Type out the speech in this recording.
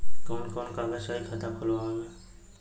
कवन कवन कागज चाही खाता खोलवावे मै?